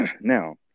Now